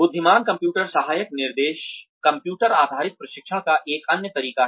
बुद्धिमान कंप्यूटर सहायक निर्देश कंप्यूटर आधारित प्रशिक्षण का एक अन्य तरीका है